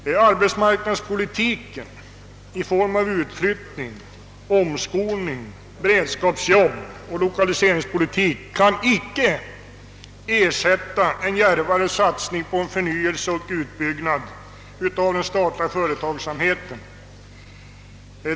En arbetsmarknadspolitik i form av utflyttning, omskolning, beredskapsarbete och lokalisering kan inte ersätta en djärvare satsning på förnyelse och utbyggnad av den statliga företagsamheten.